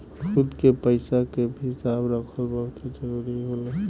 खुद के पइसा के हिसाब रखल बहुते जरूरी होला